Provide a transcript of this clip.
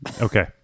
Okay